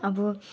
अब